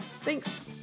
Thanks